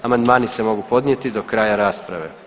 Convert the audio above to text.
Amandmani se mogu podnijeti do kraja rasprave.